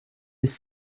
his